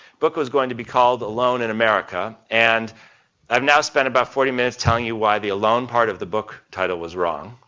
book was going to be called alone in america and i've now spent about forty minutes telling you why the alone part of the book title was wrong.